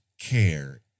care